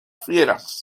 fieras